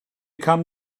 come